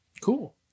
Cool